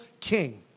king